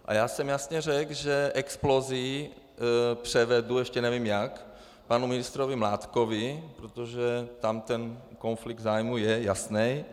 A já jsem jasně řekl, že Explosii převedu, ještě nevím jak, panu ministrovi Mládkovi, protože tam ten konflikt zájmu je jasný.